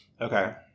Okay